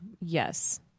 Yes